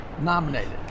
nominated